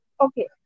Okay